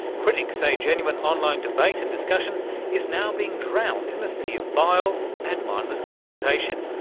critics say genuine online debate and discussion is now being drowned in a sea of bile and mindless confrontation,